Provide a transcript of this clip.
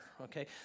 okay